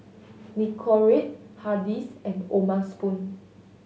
Nicorette Hardy's and O'ma Spoon